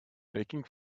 taking